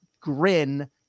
grin